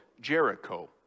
Jericho